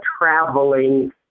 traveling